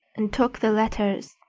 and took the letters,